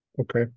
Okay